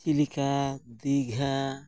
ᱪᱤᱞᱤᱠᱟ ᱫᱤᱜᱷᱟ